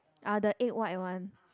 uh the egg white one